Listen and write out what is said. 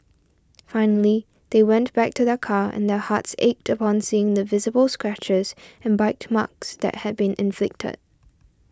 finally they went back to their car and their hearts ached upon seeing the visible scratches and bite marks that had been inflicted